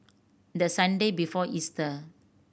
the Sunday before Easter